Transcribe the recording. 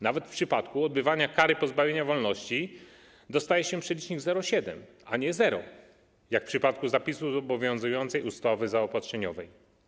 Nawet w przypadku odbywania kary pozbawienia wolności dostaje się przelicznik 0,7, a nie 0, jak w przypadku zapisu z obowiązującej ustawy zaopatrzeniowej.